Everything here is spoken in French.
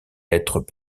lettres